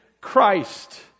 Christ